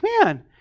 Man